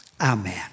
Amen